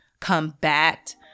combat